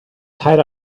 tied